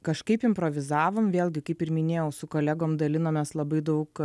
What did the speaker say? kažkaip improvizavom vėlgi kaip ir minėjau su kolegom dalinomės labai daug